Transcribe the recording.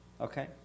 Okay